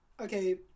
Okay